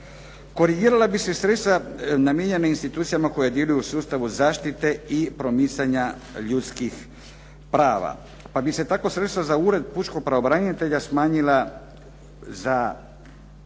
Korigirala bi se sredstva namijenjena institucijama koje djeluju u sustavu zaštite i promicanja ljudskih prava pa bi se tako sredstva za ured pučkog pravobranitelja smanjila za